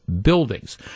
buildings